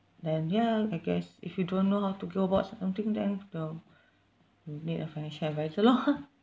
then ya I guess if you don't know how to go about something then well you need a financial advisor loh